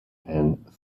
and